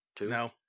No